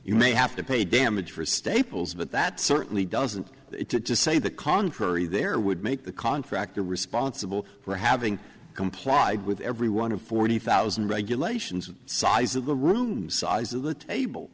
you may have to pay damage for staples but that certainly doesn't it to say the contrary there would make the contractor responsible for having complied with every one of forty thousand regulations of size of the room size of the table